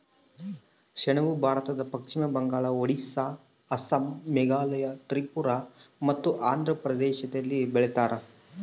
ಸೆಣಬು ಭಾರತದ ಪಶ್ಚಿಮ ಬಂಗಾಳ ಒಡಿಸ್ಸಾ ಅಸ್ಸಾಂ ಮೇಘಾಲಯ ತ್ರಿಪುರ ಮತ್ತು ಆಂಧ್ರ ಪ್ರದೇಶದಲ್ಲಿ ಬೆಳೀತಾರ